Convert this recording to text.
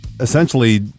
essentially